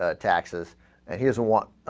ah taxes and here's wat